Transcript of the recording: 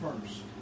first